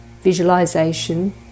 visualization